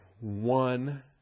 One